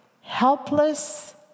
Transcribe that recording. helpless